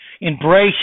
embrace